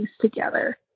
together